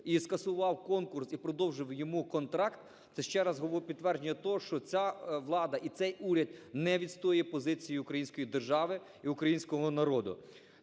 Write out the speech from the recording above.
і скасував конкурс, і продовжив йому контракт. Це ще раз підтвердження того, що ця влада і цей уряд не відстоює позиції української держави і українського народу.